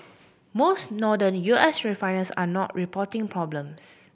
most Northern U S refiners are not reporting problems